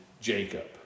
Jacob